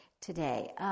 today